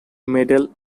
medal